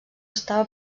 estava